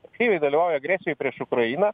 aktyviai dalyvauja agresijoj prieš ukrainą